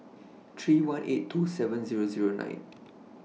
three one eight two seven Zero Zero nine